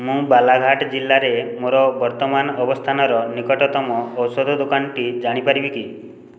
ମୁଁ ବାଲାଘାଟ ଜିଲ୍ଲାରେ ମୋର ବର୍ତ୍ତମାନ ଅବସ୍ଥାନର ନିକଟତମ ଔଷଧ ଦୋକାନଟି ଜାଣିପାରିବି କି